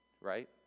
right